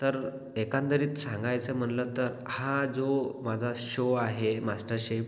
तर एकंदरीत सांगायचं म्हणलं तर हा जो माझा शो आहे मास्टर शेफ